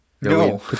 No